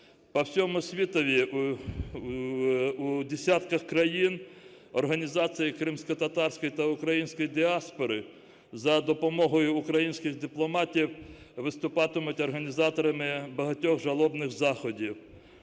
По всьому світові, у десятках країн, організації кримськотатарської та української діаспори, за допомогою українських дипломатів виступатимуть організаторами багатьох жалобних заходів.